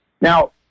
Now